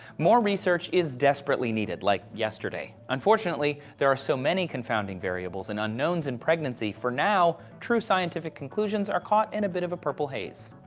more research is desperately needed, like, yesterday. unfortunately, there are so many confounding variables and unknowns in pregnancy, for now, true scientific conclusions are caught in a bit of a purple haze.